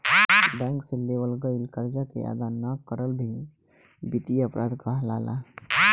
bank से लेवल गईल करजा के अदा ना करल भी बित्तीय अपराध कहलाला